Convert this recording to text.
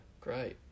great